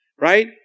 right